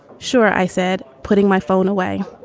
sure. i said, putting my phone away